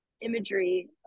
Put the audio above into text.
imagery